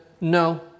No